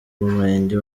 murenge